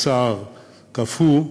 בשר קפוא,